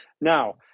now